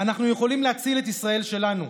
אנחנו יכולים להציל את ישראל שלנו,